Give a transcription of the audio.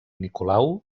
nicolau